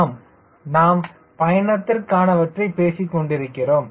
ஆம் நாம் பயணத்திற்கானவற்றை பேசிக் கொண்டிருக்கிறோம்